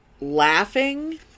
laughing